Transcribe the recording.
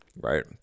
right